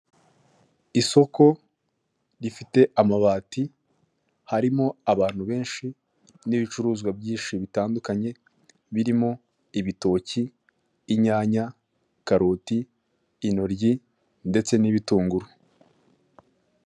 Isoko rifite amabati harimo abantu benshi, n'ibicuruzwa byinshi bitandukanye; birimo: ibitoki, inyanya, karoti, intoryi, ndetse n'ibitunguru.